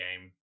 game